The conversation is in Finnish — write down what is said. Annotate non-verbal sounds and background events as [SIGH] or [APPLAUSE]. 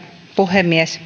puhemies [UNINTELLIGIBLE]